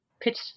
pitch